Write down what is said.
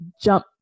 jump